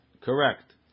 correct